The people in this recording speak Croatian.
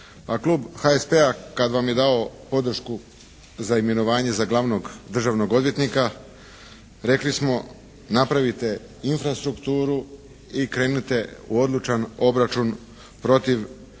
Klub HSP-a kad vam je dao podršku za imenovanje za glavnog državnog odvjetnika rekli smo napravite infrastrukturu i krenite u odlučan obračun protiv najeklatantnijih